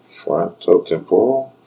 Frontotemporal